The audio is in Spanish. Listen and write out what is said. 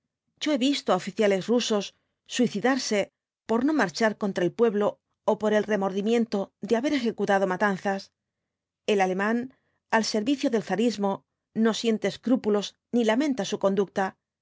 yo he visto á oficia v biíasoo ibáñhz les rusos suicidarse por no marchar contra el pueblo ó por el remordimiento de haber ejecutado matanzas el alemán al servicio del zarismo no siente escrúpulos ni lamenta su conducta